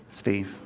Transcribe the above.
Steve